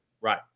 Right